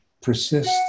persist